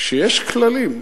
שיש כללים.